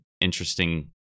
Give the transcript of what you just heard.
interesting